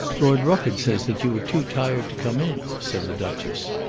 lord rufford says that you were too tired to come in, said the duchess.